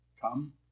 Come